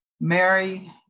Mary